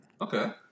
okay